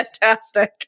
fantastic